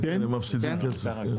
כן, הם מפסידים כסף.